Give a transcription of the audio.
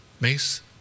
Mace